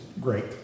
great